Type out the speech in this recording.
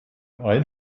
ein